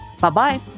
bye-bye